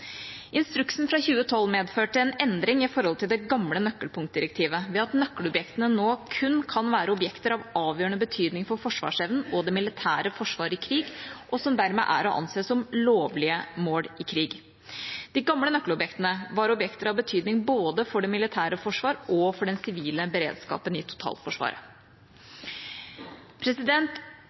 Instruksen fra 2012 medførte en endring i forhold til det gamle nøkkelpunktdirektivet ved at nøkkelobjektene nå kun kan være objekter av avgjørende betydning for forsvarsevnen og det militære forsvaret i krig og dermed er å anse som lovlige mål i krig. De gamle nøkkelobjektene var objekter av betydning både for det militære forsvaret og for den sivile beredskapen i totalforsvaret.